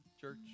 church